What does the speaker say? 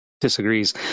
disagrees